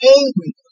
angry